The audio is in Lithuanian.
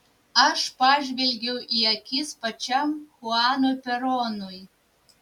aš pažvelgiau į akis pačiam chuanui peronui